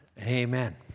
Amen